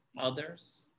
others